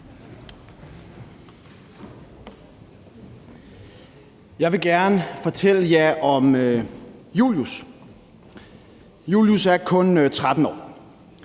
Jeg vil gerne fortælle jer om Julius. Julius er kun 13 år.